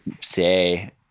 say